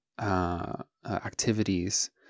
activities